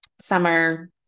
summer